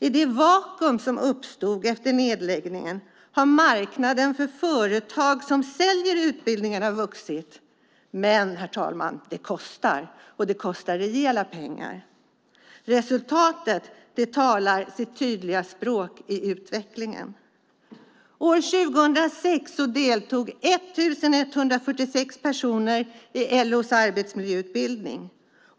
I det vakuum som uppstod efter nedläggningen har marknaden för företag som säljer utbildningar vuxit, men, herr talman, det kostar, och det kostar rejält. Resultatet talar sitt tydliga språk när vi ser utvecklingen. År 2006 deltog 1 146 personer i LO:s arbetsmiljöutbildning.